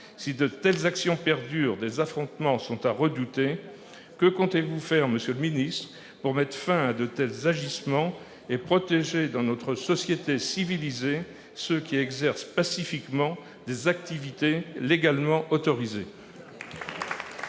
Si de telles actions perdurent, des affrontements sont à redouter. Que compte faire le Gouvernement pour mettre fin à de tels agissements et protéger dans notre société civilisée ceux qui exercent pacifiquement des activités légalement autorisées ?